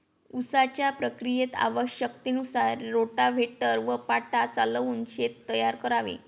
उसाच्या प्रक्रियेत आवश्यकतेनुसार रोटाव्हेटर व पाटा चालवून शेत तयार करावे